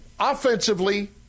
offensively